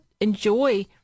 enjoy